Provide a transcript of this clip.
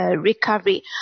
recovery